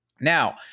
Now